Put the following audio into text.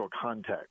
context